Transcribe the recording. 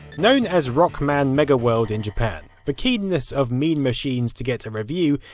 known as rockman mega world in japan, the keenness of mean machines to get a review,